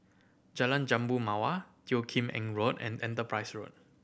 Jalan Jambu Mawar Teo Kim Eng Road and Enterprise Road